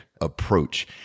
approach